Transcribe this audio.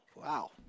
Wow